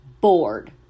bored